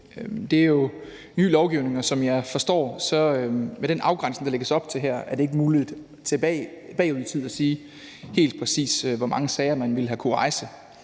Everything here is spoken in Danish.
Det er jo ny lovgivning, og som jeg forstår, er det med den afgrænsning, der lægges op til her, ikke muligt bag ud i tiden at sige helt præcist, hvor mange sager man ville have kunnet rejse,